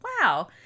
wow